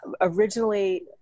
Originally